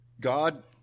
God